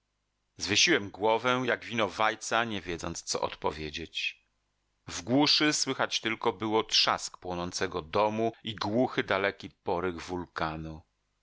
odchodzę zwiesiłem głowę jak winowajca nie wiedząc co odpowiedzieć w głuszy słychać tylko było trzask płonącego domu i głuchy daleki poryk wulkanu